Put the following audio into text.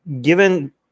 given